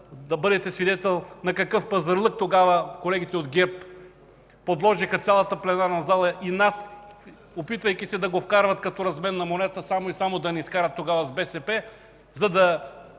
да бъдете свидетел на какъв пазарлък тогава колегите от ГЕРБ подложиха цялата пленарна зала и нас, опитвайки се да го вкарат като разменна монета, само и само да ни скарат тогава с БСП, за да